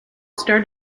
start